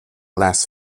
las